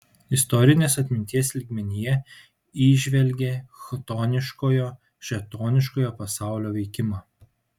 istorinės atminties lygmenyje įžvelgė chtoniškojo šėtoniškojo pasaulio veikimą